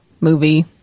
movie